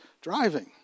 driving